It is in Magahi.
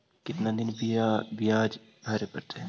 कितना दिन बियाज भरे परतैय?